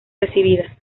recibida